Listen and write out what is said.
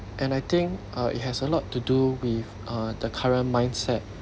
and I think uh it has a lot to do with uh the current mindset